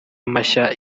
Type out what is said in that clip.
mashya